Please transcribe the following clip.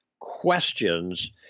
questions